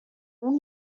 اون